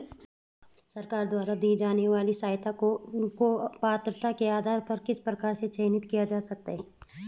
सरकार द्वारा दी जाने वाली सहायता को पात्रता के आधार पर किस प्रकार से चयनित किया जा सकता है?